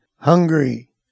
hungry